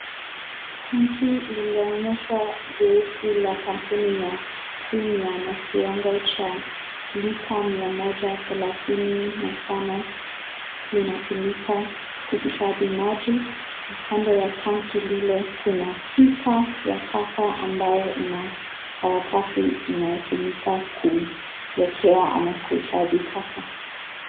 Tanki lililonyeshwa jeusi la kampuni ya Premier na kiwango cha lita mia moja thelathini na tano, linatumika kuhifadhi maji na kando ya tanki lile kuna pipa ya taka ambayo ina karatasi inayotumika kuwekea ama kuhifadhi taka.